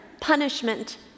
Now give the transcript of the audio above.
punishment